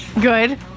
Good